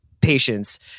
patience